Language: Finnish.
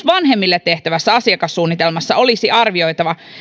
vanhemmille tehtävässä asiakassuunnitelmassa olisi arvioitava